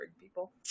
people